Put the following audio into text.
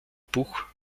buch